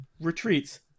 retreats